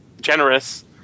generous